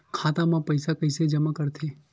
खाता म पईसा कइसे जमा करथे?